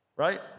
Right